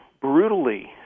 brutally